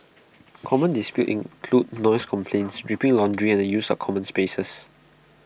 common disputes include noise complaints dripping laundry and the use of common spaces